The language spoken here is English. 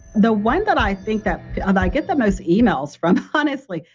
the one that i think that and i get the most emails from, honestly,